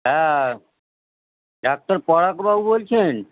হ্যাঁ ডাক্তার পরাগবাবু বলছেন